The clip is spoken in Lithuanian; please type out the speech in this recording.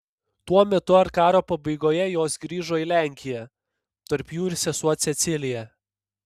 tuo metu ar karo pabaigoje jos grįžo į lenkiją tarp jų ir sesuo cecilija